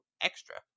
extra